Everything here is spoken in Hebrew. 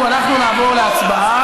הצבעה.